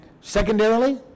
secondarily